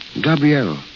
Gabrielle